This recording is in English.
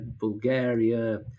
Bulgaria